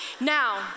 Now